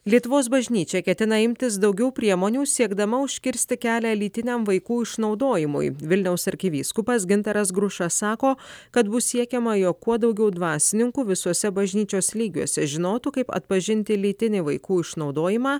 lietuvos bažnyčia ketina imtis daugiau priemonių siekdama užkirsti kelią lytiniam vaikų išnaudojimui vilniaus arkivyskupas gintaras grušas sako kad bus siekiama jog kuo daugiau dvasininkų visose bažnyčios lygiuose žinotų kaip atpažinti lytinį vaikų išnaudojimą